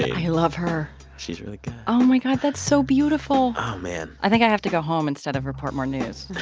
i love her she's really good oh, my god. that's so beautiful oh, man i think i have to go home instead of report more news